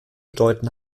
bedeuten